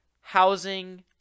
housing